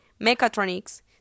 mechatronics